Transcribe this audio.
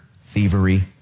thievery